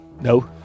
No